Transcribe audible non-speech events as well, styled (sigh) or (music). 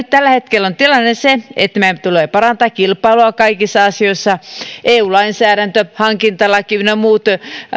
(unintelligible) tällä hetkellä on tilanne se että meidän tulee parantaa kilpailua kaikissa asioissa ja eu lainsäädäntö hankintalaki ynnä muut